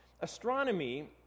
Astronomy